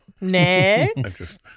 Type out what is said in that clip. Next